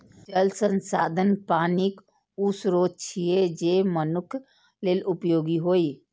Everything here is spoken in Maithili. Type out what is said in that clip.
जल संसाधन पानिक ऊ स्रोत छियै, जे मनुक्ख लेल उपयोगी होइ